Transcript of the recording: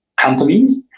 companies